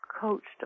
coached